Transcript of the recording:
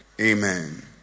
Amen